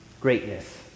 greatness